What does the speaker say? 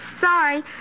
sorry